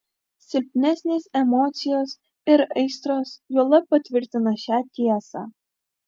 silpnesnės emocijos ir aistros juolab patvirtina šią tiesą